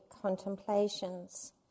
contemplations